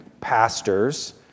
pastors